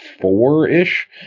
four-ish